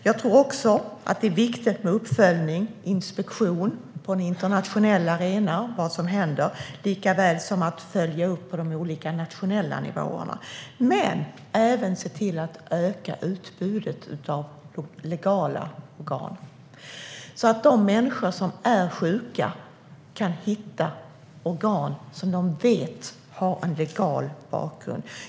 Jag tror också att det är viktigt med uppföljning och inspektion av vad som händer, både på en internationell arena och på de olika nationella nivåerna. Det är även viktigt att se till att öka utbudet av legala organ, så att de människor som är sjuka kan hitta organ som de vet har en legal bakgrund.